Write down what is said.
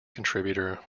contributor